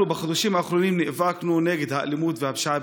התשובה נמצאת בעשרות ראיונות שנתתי: רוצה שתקום